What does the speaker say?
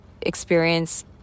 experience